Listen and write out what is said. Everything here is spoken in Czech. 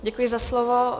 Děkuji za slovo.